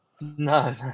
No